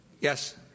Yes